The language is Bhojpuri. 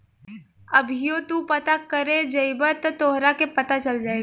अभीओ तू पता करे जइब त तोहरा के पता चल जाई